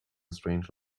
strange